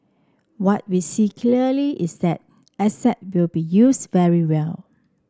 what we see clearly is that asset will be used very well